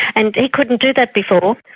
and he couldn't do that before.